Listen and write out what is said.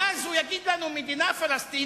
ואז הוא יגיד לנו: מדינה פלסטינית,